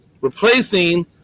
replacing